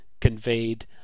conveyed